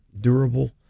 durable